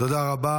תודה רבה.